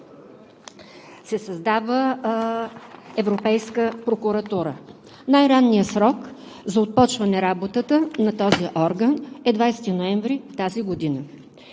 се създава Европейска прокуратура. Най-ранният срок за отпочване работата на този орган е 20 ноември тази година.